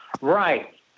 Right